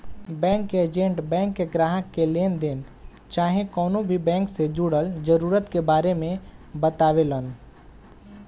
bank के agent bank के ग्राहक के लेनदेन चाहे कवनो भी बैंक से जुड़ल जरूरत के बारे मे बतावेलन